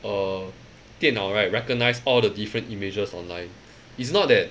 err 电脑 right recognize all the different images online is not that